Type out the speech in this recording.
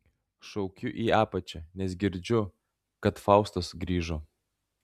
šaukiu į apačią nes girdžiu kad faustas grįžo